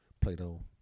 Plato